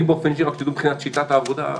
אני באופן אישי, רק שתדעו מבחינת שיטת העבודה,